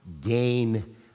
gain